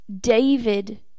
David